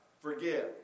Forgive